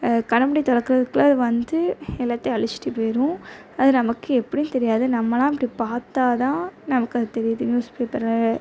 கண்ணை மூடி திறக்கறதுக்குள்ள அது வந்து எல்லாத்தையும் அழிச்சிட்டு போயிடும் அது நமக்கு எப்படின்னு தெரியாது நம்மளாம் அப்படி பார்த்தா தான் நமக்கு அது தெரியுது நியூஸ் பேப்பர்